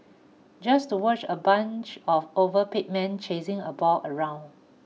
just to watch a bunch of overpaid men chasing a ball around